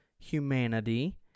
humanity